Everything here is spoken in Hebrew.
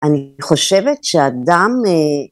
אני חושבת שאדם